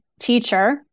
teacher